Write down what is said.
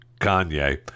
Kanye